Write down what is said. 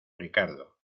ricardo